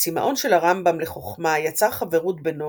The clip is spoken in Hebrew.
הצמאון של הרמב"ם לחכמה יצר חברות בינו